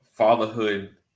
Fatherhood